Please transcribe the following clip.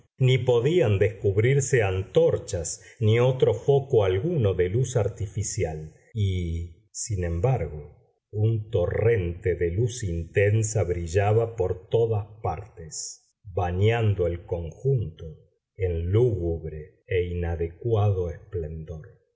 ni podían descubrirse antorchas ni otro foco alguno de luz artificial y sin embargo un torrente de luz intensa brillaba por todas partes bañando el conjunto en lúgubre e inadecuado esplendor